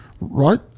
right